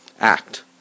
Act